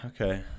okay